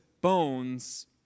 bones